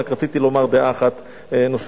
רק רציתי לומר דעה אחת נוספת.